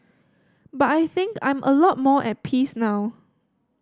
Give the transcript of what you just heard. but I think I'm a lot more at peace now